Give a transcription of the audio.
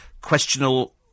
Questionable